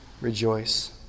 rejoice